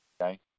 Okay